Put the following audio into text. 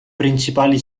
principali